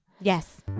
yes